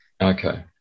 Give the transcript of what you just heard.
okay